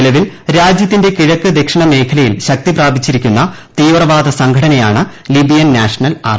നിലവിൽ രാജ്യത്തിന്റെ കിഴക്ക് ദക്ഷിണ മേഖലയിൽ ശക്തി പ്രാപിച്ചിരിക്കുന്ന തീവ്രവാദ സംഘടനയാണ് ലിബിയൻ നാഷണൽ ആർമി